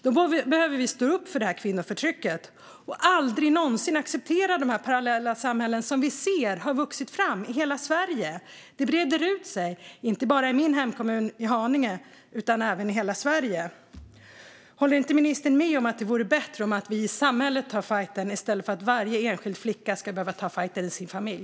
Då behöver vi stå upp mot kvinnoförtrycket och aldrig någonsin acceptera de parallella samhällen som vi ser har vuxit fram i hela Sverige. De breder ut sig, inte bara i min hemkommun Haninge utan i hela Sverige. Håller inte ministern med om att det vore bättre om samhället tar fajten i stället för att varje enskild flicka ska behöva ta fajten i sin egen familj?